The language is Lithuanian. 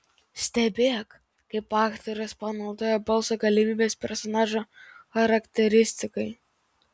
stebėk kaip aktorius panaudoja balso galimybes personažo charakteristikai